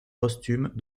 posthumes